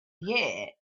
year